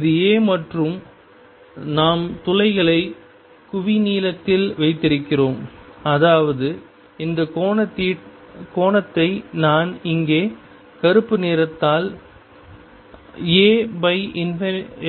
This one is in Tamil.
இது a மற்றும் நாம் துகளை குவிநீளத்தில் வைத்திருக்கிறோம் அதாவது இந்த கோணத்தை நான் இங்கே கருப்பு நிறத்தால்